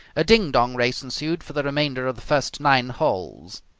a ding-dong race ensued for the remainder of the first nine holes.